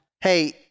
hey